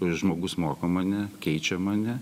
ė žmogus moko mane keičia mane